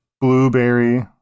blueberry